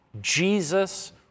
Jesus